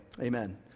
amen